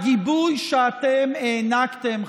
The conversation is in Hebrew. הגיבוי שאתם הענקתם,